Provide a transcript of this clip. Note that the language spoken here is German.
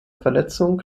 verletzung